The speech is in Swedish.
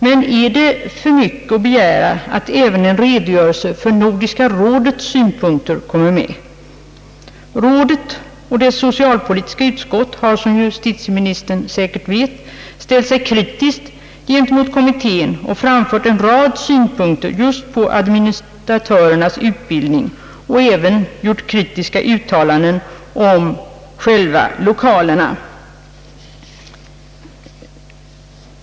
Men är det för mycket att begära att även en redogörelse för Nordiska rådets synpunkter på frågan kommer med? Rådet och dess socialpolitiska utskott har som justitieministern säkert vet ställt sig kritiska mot kommittén och framfört en rad synpunkter just på administratörernas utbildning samt även gjort kritiska uttalanden om själva lokalerna.